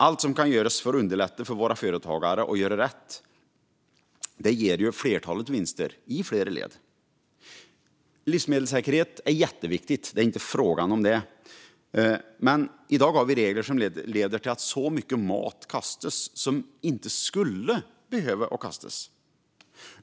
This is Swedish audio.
Allt som kan göras för att underlätta för våra företagare att göra rätt ger ju ett flertal vinster i flera led. Livsmedelssäkerhet är jätteviktigt, det är inte frågan om det, men i dag har vi regler som leder till att så mycket mat kastas som inte skulle behöva kastas.